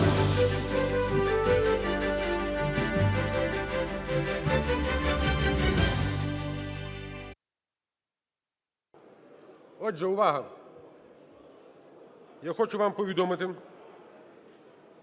Отже, увага! Я хочу вам повідомити,